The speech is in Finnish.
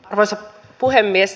arvoisa puhemies